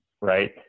right